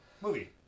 movie